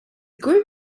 group